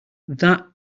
that